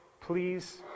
please